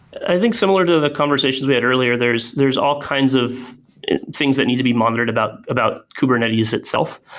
i think similar to the conversations we had earlier, there's there's all kinds of things that need to be monitored about about kubernetes itself,